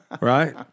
right